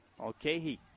Okay